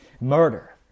murder